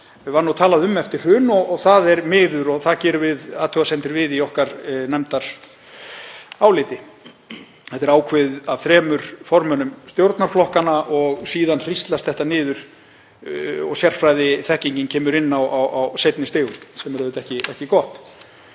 sem var talað um eftir hrun. Það er miður og það gerum við athugasemdir við í nefndaráliti okkar. Þetta er ákveðið af þremur formönnum stjórnarflokkanna og síðan hríslast þetta niður og sérfræðiþekkingin kemur inn á seinni stigum, sem er auðvitað ekki gott.